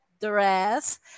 dress